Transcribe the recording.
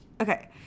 Okay